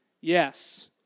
Yes